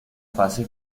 fase